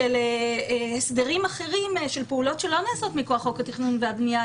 של הסדרים אחרים של פעולות שלא נעשות מכוח חוק התכנון והבנייה,